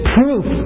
proof